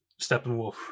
Steppenwolf